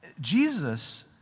Jesus